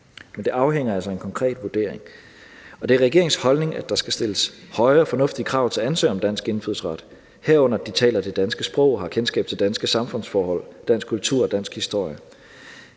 Men det afhænger altså af en konkret vurdering. Det er regeringens holdning, at der skal stilles høje og fornuftige krav til ansøgere om dansk indfødsret, herunder at de taler det danske sprog og har kendskab til danske samfundsforhold, dansk kultur og dansk historie,